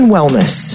Wellness